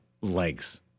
legs